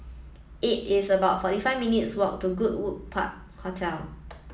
it is about forty five minutes' walk to Goodwood Park Hotel